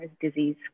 disease